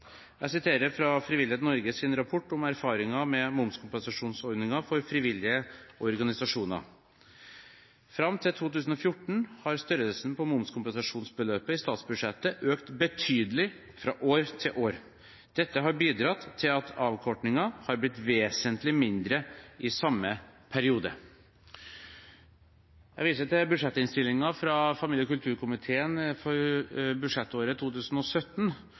Jeg siterer fra Frivillighet Norges rapport om erfaringer med momskompensasjonsordningen for frivillige organisasjoner: «Frem til 2014 har størrelsen på momskompensasjonsbeløpet i statsbudsjettet økt betydelig fra år til år. Dette har bidratt til at avkortningen har blitt vesentlig mindre i samme periode.» Jeg viser til budsjettinnstillingen fra familie- og kulturkomiteen for budsjettåret 2017,